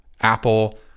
Apple